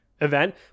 event